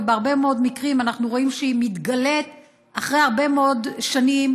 ובהרבה מאוד מקרים אנחנו רואים שהיא מתגלית אחרי הרבה מאוד שנים,